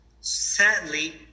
Sadly